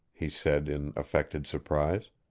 he said in affected surprise.